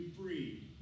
free